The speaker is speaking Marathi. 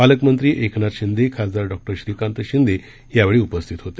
पालकमंत्री एकनाथ शिंदे खासदार डॉ श्रीकांत शिंदे हे सुद्धा यावेळी उपस्थित होते